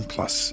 Plus